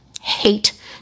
hate